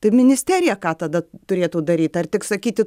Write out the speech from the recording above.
tai ministerija ką tada turėtų daryt ar tik sakyti